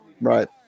right